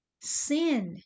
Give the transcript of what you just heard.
sin